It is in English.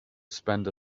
spent